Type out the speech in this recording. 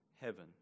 heaven